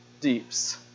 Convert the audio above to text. deeps